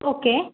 okay